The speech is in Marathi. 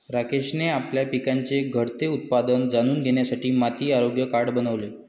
राकेशने आपल्या पिकाचे घटते उत्पादन जाणून घेण्यासाठी माती आरोग्य कार्ड बनवले